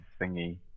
thingy